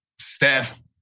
Steph